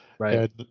Right